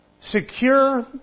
Secure